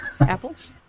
Apples